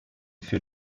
für